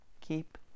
Keep